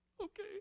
Okay